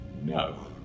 No